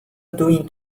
doing